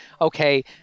okay